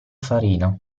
farina